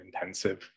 intensive